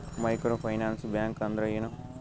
Micro finance bank ಅಂದ್ರ ಏನು?